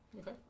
Okay